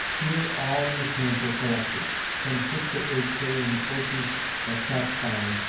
here all in the camp were collected, some six or eight carrying torches of fat-pine,